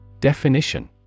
Definition